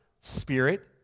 Spirit